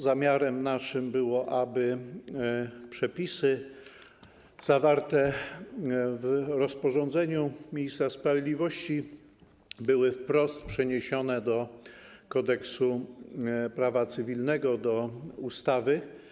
Zamiarem naszym było to, aby przepisy zawarte w rozporządzeniu ministra sprawiedliwości były wprost przeniesione do Kodeksu prawa cywilnego, do ustawy.